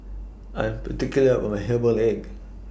I'm particular about My Herbal Egg